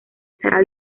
estará